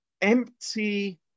empty